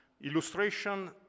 illustration